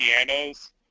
pianos